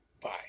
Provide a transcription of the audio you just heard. Bye